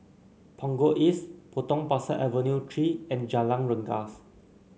Punggol East Potong Pasir Avenue Three and Jalan Rengas